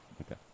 Okay